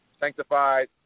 sanctified